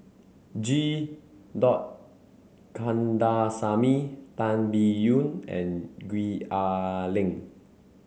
G Kandasamy Tan Biyun and Gwee Ah Leng